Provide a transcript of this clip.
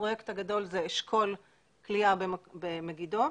הפרויקט הגדול זה אשכול כליאה במגידו.